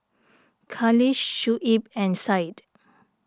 Khalish Shuib and Syed